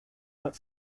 but